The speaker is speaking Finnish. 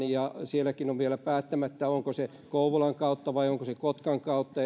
ja sielläkin on vielä päättämättä onko se kouvolan kautta vai onko se kotkan kautta